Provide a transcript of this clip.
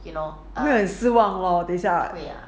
会很失望 lor 等一下